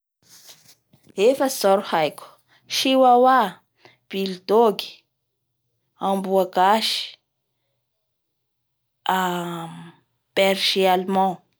Efatsy zao ny haiko: chiwawa, buldogue, amboa gasy, beger almand.